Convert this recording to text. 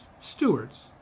stewards